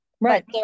Right